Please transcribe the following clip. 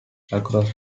across